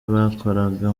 bakoraga